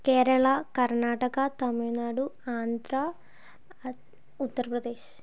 Kerala Karnataka Tamil Nadu Andhra Uttar Pradesh